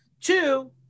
Two